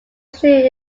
saint